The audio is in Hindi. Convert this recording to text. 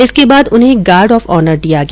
इसके बाद उन्हें गार्ड ऑफ ऑनर दिया गया